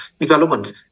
development